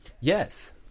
Yes